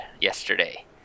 yesterday